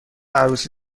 عروسی